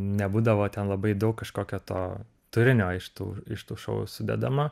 nebūdavo ten labai daug kažkokio to turinio iš tų iš tų šou sudedama